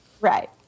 Right